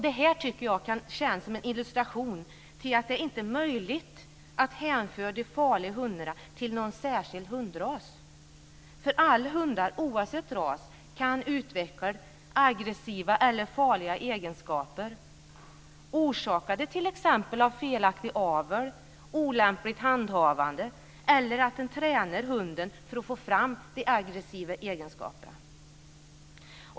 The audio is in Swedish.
Detta kan tjäna som en illustration till att det inte är möjligt att hänföra de farliga hundarna till någon särskild hundras, för alla hundar, oavsett ras, kan utveckla aggressiva eller farliga egenskaper orsakade t.ex. av felaktig avel, olämpligt handhavande eller träning av hunden för att få fram de aggressiva egenskaperna.